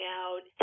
out